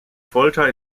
folter